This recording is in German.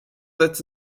setzt